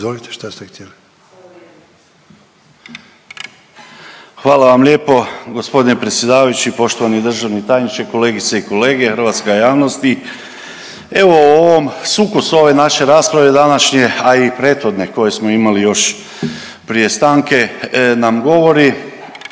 suverenisti)** Hvala vam lijepo gospodine predsjedavajući, poštovani državni tajniče, kolegice i kolege, hrvatska javnosti. Evo o ovom, sukus ove naše rasprave današnje, a i prethodne koje smo imali još prije stanke nam govori